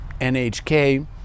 nhk